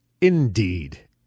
Indeed